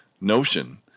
notion